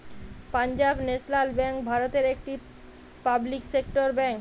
Punjab national bank ভারতের একটি public sector bank